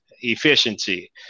efficiency